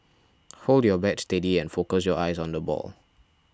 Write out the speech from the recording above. hold your bat steady and focus your eyes on the ball